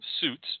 suits